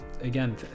again